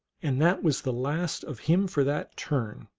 and that was the last of him for that turn